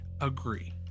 agree